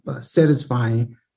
satisfying